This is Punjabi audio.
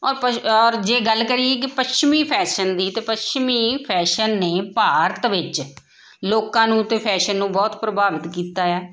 ਔਰ ਪ ਔਰ ਜੇ ਗੱਲ ਕਰੀਏ ਕਿ ਪੱਛਮੀ ਫੈਸ਼ਨ ਦੀ ਅਤੇ ਪੱਛਮੀ ਫੈਸ਼ਨ ਨੇ ਭਾਰਤ ਵਿੱਚ ਲੋਕਾਂ ਨੂੰ ਅਤੇ ਫੈਸ਼ਨ ਨੂੰ ਬਹੁਤ ਪ੍ਰਭਾਵਿਤ ਕੀਤਾ